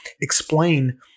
explain